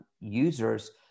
users